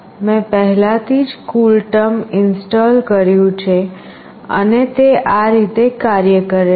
મેં પહેલાથી જ CoolTerm ઇન્સટોલ કર્યું છે અને તે આ રીતે કાર્ય કરે છે